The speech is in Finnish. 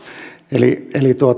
eli eli